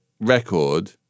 record